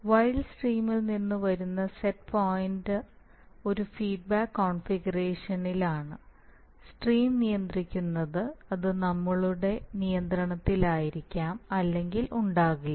wild സ്ട്രീമിൽ നിന്ന് വരുന്ന സെറ്റ് പോയിന്റ് ഒരു ഫീഡ്ബാക്ക് കോൺഫിഗറേഷനിലാണ് സ്ട്രീം നിയന്ത്രിക്കുന്നത് അത് നമ്മളുടെ നിയന്ത്രണത്തിലായിരിക്കാം അല്ലെങ്കിൽ ഉണ്ടാകില്ല